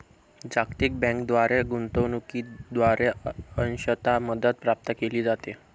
जागतिक बँकेद्वारे गुंतवणूकीद्वारे अंशतः मदत प्राप्त केली जाते